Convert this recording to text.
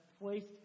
placed